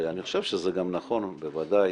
שאני חושב שזה גם נכון בוודאי